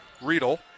Riedel